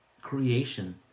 creation